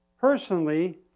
Personally